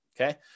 okay